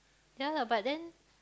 ya lah but then